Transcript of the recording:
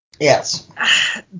Yes